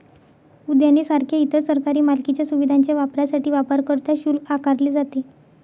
उद्याने सारख्या इतर सरकारी मालकीच्या सुविधांच्या वापरासाठी वापरकर्ता शुल्क आकारले जाते